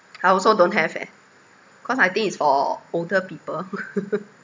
I also don't have eh cause I think it's for older people